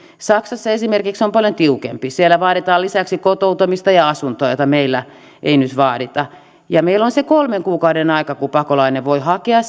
saksassa esimerkiksi on paljon tiukempaa siellä vaaditaan lisäksi kotoutumista ja asuntoa jota meillä ei nyt vaadita meillä on se kolmen kuukauden aika kun pakolainen voi hakea